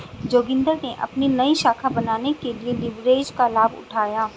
जोगिंदर ने अपनी नई शाखा बनाने के लिए लिवरेज का लाभ उठाया